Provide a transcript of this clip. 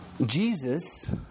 Jesus